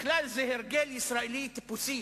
בכלל, זה הרגל ישראלי טיפוסי